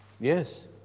Yes